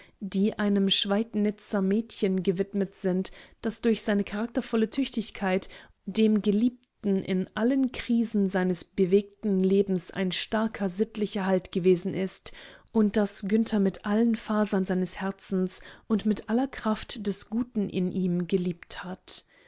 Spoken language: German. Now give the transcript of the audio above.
die einem schweidnitzer mädchen gewidmet sind das durch seine charaktervolle tüchtigkeit und seine hingebende treue dem geliebten in allen krisen seines bewegten lebens ein starker sittlicher halt gewesen ist und das günther mit allen fasern seines herzens und mit aller kraft des guten in ihm geliebt hat